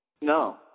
No